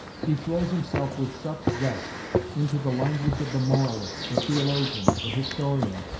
he throws himself with such zest into the language of the moralist, the theologian, the historian,